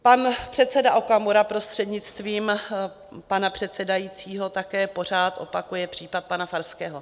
Pan předseda Okamura, prostřednictvím pana předsedajícího, také pořád opakuje případ pana Farského.